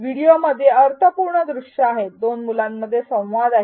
व्हिडिओमध्ये अर्थपूर्ण दृश्य आहेत दोन मुलांमध्ये संवाद आहे